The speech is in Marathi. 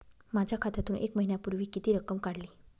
माझ्या खात्यातून एक महिन्यापूर्वी किती रक्कम काढली?